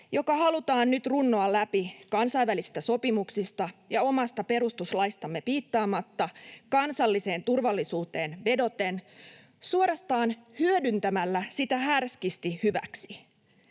joka halutaan nyt runnoa läpi kansainvälisistä sopimuksista ja omasta perustuslaistamme piittaamatta kansalliseen turvallisuuteen vedoten, suorastaan hyödyntämällä sitä härskisti hyväksi.